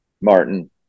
martin